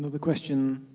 another question,